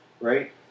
right